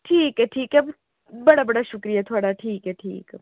ठीक ऐ ठीक ऐ बड़ा बड़ा शुक्रिया थुआढ़ा ठीक ऐ ठीक